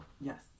Yes